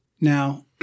Now